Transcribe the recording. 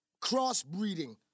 Crossbreeding